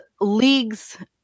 leagues